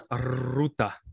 Ruta